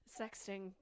Sexting